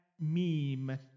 meme